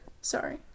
Sorry